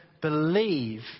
believe